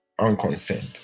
unconcerned